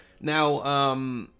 Now